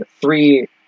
three